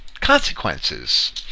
consequences